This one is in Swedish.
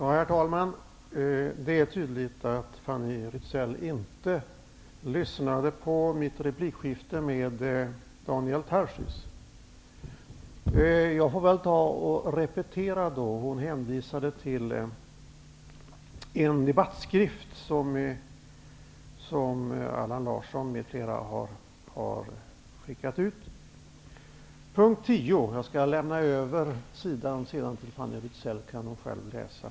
Herr talman! Det är tydligt att Fanny Rizell inte lyssnade på mitt replikskifte med Daniel Tarschys. Jag får väl repetera. Hon hänvisade till en debattskrift som Allan Larsson m.fl. har skickat ut. Jag skall läsa upp ett stycke i p. 10, och jag skall sedan lämna över sidan till Fanny Rizell så att hon själv kan läsa.